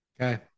Okay